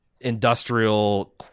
industrial